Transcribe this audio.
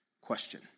question